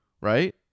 right